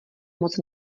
moc